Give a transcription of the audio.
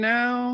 now